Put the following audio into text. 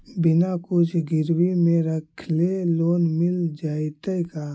बिना कुछ गिरवी मे रखले लोन मिल जैतै का?